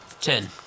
Ten